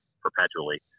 perpetually